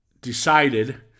decided